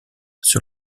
sur